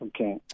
Okay